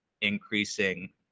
increasing